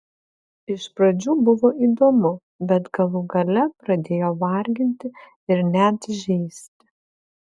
iš pradžių buvo įdomu bet galų gale pradėjo varginti ir net žeisti